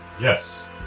yes